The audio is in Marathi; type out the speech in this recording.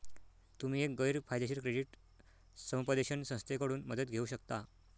तुम्ही एक गैर फायदेशीर क्रेडिट समुपदेशन संस्थेकडून मदत घेऊ शकता